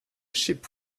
sheep